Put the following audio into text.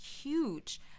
huge